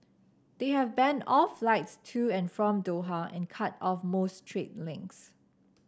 they have banned all flights to and from Doha and cut off most trade links